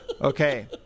Okay